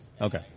Okay